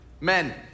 men